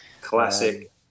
Classic